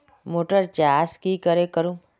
Motor चास की करे करूम?